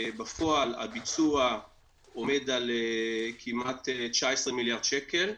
בפועל, הביצוע עומד על כמעט 19 מיליארד שקל,